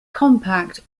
compact